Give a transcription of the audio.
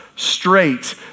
straight